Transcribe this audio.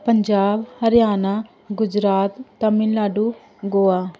Punjab Haryana Gujarat Tamil Nadu Goa